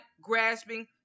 grasping